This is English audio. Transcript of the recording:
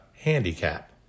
handicap